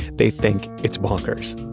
they think it's bonkers.